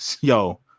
yo